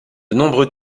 nombreux